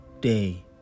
Day